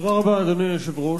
אדוני היושב-ראש,